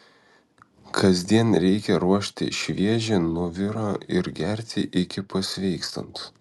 kasdien reikia ruošti šviežią nuovirą ir gerti iki pasveikstant